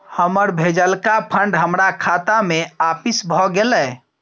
हमर भेजलका फंड हमरा खाता में आपिस भ गेलय